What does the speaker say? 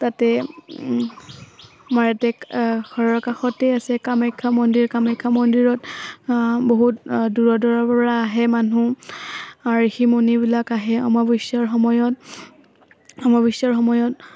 তাতে ঘৰৰ কাষতেই আছে কামাখ্যা মন্দিৰ কামাখ্যা মন্দিৰত বহুত দূৰ দূৰৰপৰা আহে মানুহ আৰু ঝষি মুনিবিলাক আহে অমাৱস্যাৰ সময়ত অমাৱস্যাৰ সময়ত